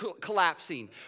collapsing